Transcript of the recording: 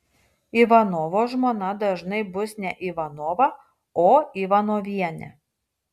ivanovo žmona dažnai bus ne ivanova o ivanovienė